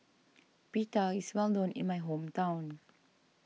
Pita is well known in my hometown